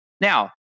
now